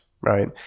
right